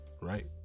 Right